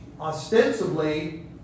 ostensibly